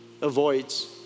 avoids